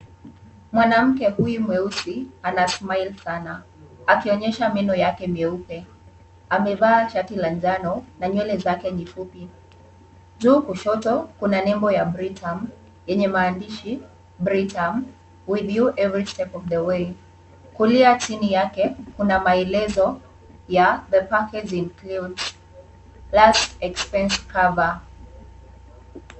Mwanamke huyu mweusi ana(cs)smile(cs) sana akionyesha meno yake mieupe. Amevaa shati la njano na nywele zake ni fupi. Juu kushoto kuna mambo ya Britam yenye maandishi Britam, with you every step of the way . Kulia chin yake kuna maelezo ya the package includes last expense cover .